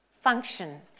function